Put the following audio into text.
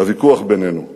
בוויכוח בינינו: